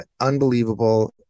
unbelievable